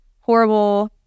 horrible